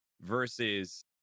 versus